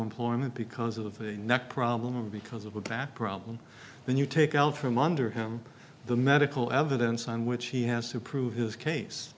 employment because of a neck problem because of a back problem when you take out from under him the medical evidence on which he has to prove his case